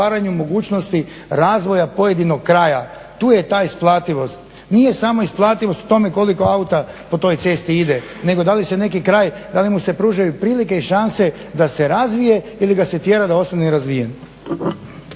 otvaranju mogućnosti razvoja pojedinog kraja. Tu je ta isplativost. Nije samo isplativost u tome koliko auta po toj cesti ide nego da li se neki kraj, da li mu se pružaju prilike i šanse da se razvije ili ga se tjera da ostane nerazvijen.